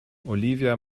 olivia